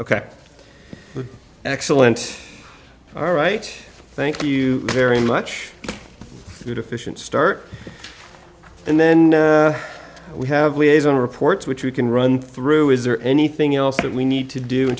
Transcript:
ok excellent all right thank you very much good efficient start and then we have liaison reports which we can run through is there anything else that we need to do in